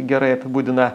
gerai apibūdina